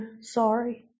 sorry